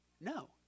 No